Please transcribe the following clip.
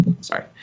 Sorry